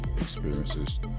experiences